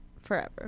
forever